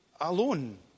alone